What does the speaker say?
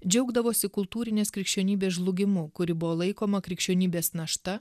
džiaugdavosi kultūrinės krikščionybės žlugimu kuri buvo laikoma krikščionybės našta